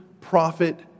prophet